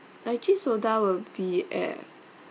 lychee soda will be at